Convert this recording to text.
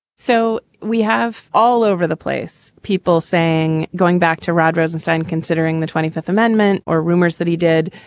so we have all over the place people saying going back to rod rosenstein considering the twenty fifth amendment or rumors that he did.